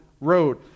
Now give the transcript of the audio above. road